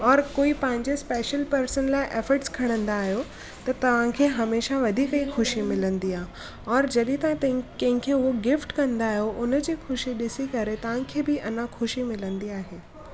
हर कोई पंहिंजे स्पेशल पर्सन लाइ एफ़ट्स खणंदा आहियो त तव्हांखे हमेशह वधीक ई ख़ुशी मिलंदी आहे और जॾहिं तव्हां तंहिं कंहिंखे उहा गिफ़्ट कंदा आहियो हुनजी ख़ुशी ॾिसी करे तव्हांखे बि अञा ख़ुशी मिलंदी आहे